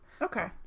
Okay